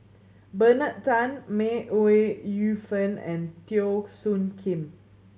Bernard Tan May Ooi Yu Fen and Teo Soon Kim